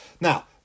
Now